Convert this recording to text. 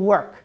work